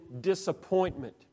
disappointment